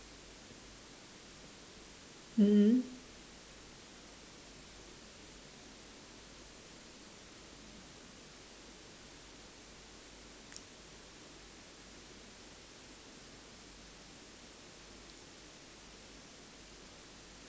mmhmm